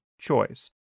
choice